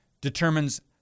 determines